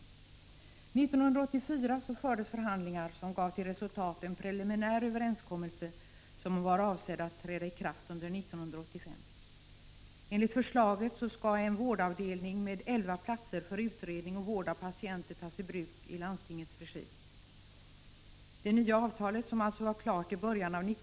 1984 fördes förhandlingar som gav till resultat en preliminär överenskommelse som var avsedd att träda i kraft under 1985. Enligt detta förslag skall en vårdavdelning med elva platser för utredning och vård av patienter tas i bruk i landstingets regi.